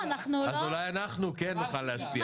אולי אנחנו כן נוכל להשפיע.